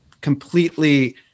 completely